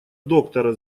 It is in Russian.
доктора